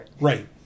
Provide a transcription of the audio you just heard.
Right